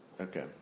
Okay